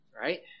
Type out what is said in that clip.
Right